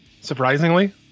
surprisingly